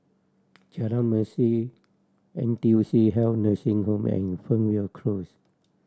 Jalan Mesin N T U C Health Nursing Home and Fernvale Close